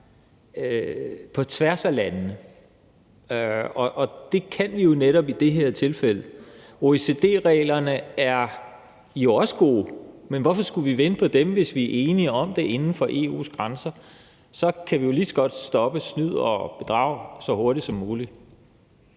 på tværs af lande. Og det kan vi jo netop i det her tilfælde. OECD-reglerne er også gode, men hvorfor skulle vi vente på det, hvis vi er enige om det inden for EU's grænser? Så kan vi lige så godt stoppe snyd og bedrag så hurtigt som muligt.